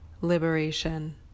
liberation